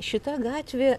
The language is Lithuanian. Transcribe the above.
šita gatvė